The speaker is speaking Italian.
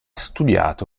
studiato